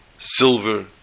silver